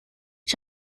ich